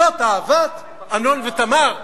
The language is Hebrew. זאת אהבת אמנון ותמר,